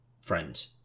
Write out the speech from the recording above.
friend